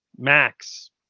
Max